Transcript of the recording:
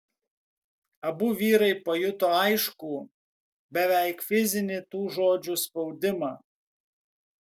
abu vyrai pajuto aiškų beveik fizinį tų žodžių spaudimą